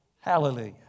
Hallelujah